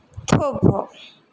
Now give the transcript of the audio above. થોભો